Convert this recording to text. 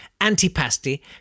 antipasti